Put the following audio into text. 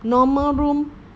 normal room